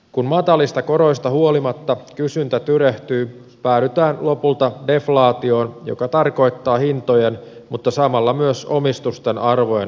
kun matalista koroista huolimatta kysyntä tyrehtyy päädytään lopulta deflaatioon joka tarkoittaa hintojen mutta samalla myös omistusten arvojen alenemista